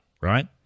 right